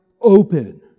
open